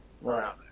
Right